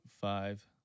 five